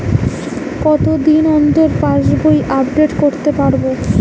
কতদিন অন্তর পাশবই আপডেট করতে পারব?